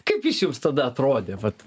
kaip jis jums tada atrodė vat